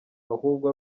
ahubwo